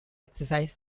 exercise